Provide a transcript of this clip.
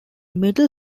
middle